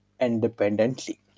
Independently